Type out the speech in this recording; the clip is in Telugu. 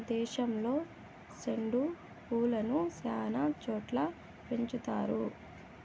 దేశంలో సెండు పూలను శ్యానా చోట్ల పెంచుతారు